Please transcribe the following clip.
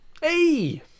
hey